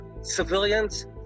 civilians